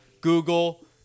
Google